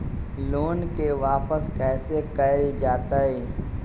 Loan के वापस कैसे कैल जतय?